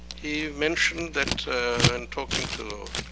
he mentioned that and talking to